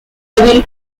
devil